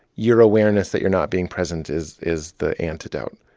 your awareness that you're not being present is is the antidote.